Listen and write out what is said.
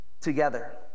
together